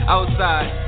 Outside